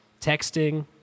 texting